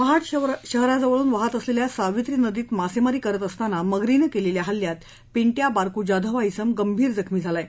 महाड शहराजवळून वाहत असलेल्या सावित्री नदीत मासेमारी करीत असताना मगरीनं केलेल्या हल्ल्यात पिंटया बारकू जाधव हा सिम गंभीर जखमी झाला आहे